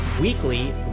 weekly